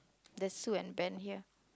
that's Sue and Ben here